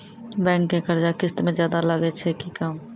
Bank के कर्जा किस्त मे ज्यादा लागै छै कि कम?